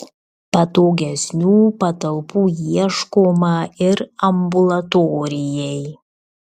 patogesnių patalpų ieškoma ir ambulatorijai